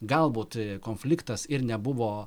galbūt konfliktas ir nebuvo